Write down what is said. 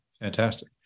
Fantastic